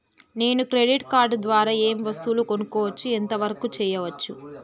నేను credit card ద్వారా ఏం వస్తువులు కొనుక్కోవచ్చు ఎంత వరకు చేయవచ్చు?